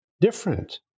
different